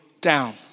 down